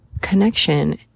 connection